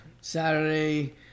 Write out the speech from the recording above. Saturday